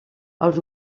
els